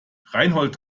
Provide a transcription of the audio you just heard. reinhold